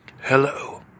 Hello